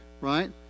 right